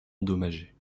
endommagés